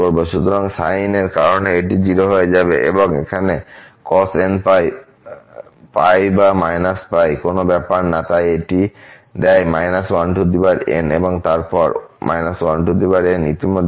সুতরাং সাইন এর কারণে এটি 0 হয়ে যাবে এবং এখানে cos nπ বা π কোন ব্যাপার না তাই এটিদেয় 1n এবং তারপর 1n ইতিমধ্যে আছে